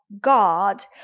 God